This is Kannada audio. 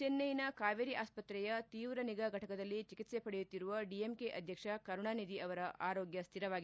ಚೆನ್ನೈನ ಕಾವೇರಿ ಆಸ್ಪತ್ರೆಯ ತೀವ್ರ ನಿಗಾ ಘಟಕದಲ್ಲಿ ಚಿಕಿತ್ಸೆ ಪಡೆಯುತ್ತಿರುವ ಡಿಎಂಕೆ ಅಧ್ಯಕ್ಷ ಕರುಣಾನಿಧಿ ಅವರ ಆರೋಗ್ನ ಸ್ಲಿರವಾಗಿದೆ